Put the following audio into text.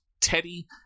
Teddy